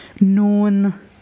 known